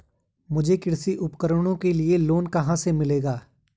मुझे कृषि उपकरणों के लिए लोन कहाँ से मिलेगा?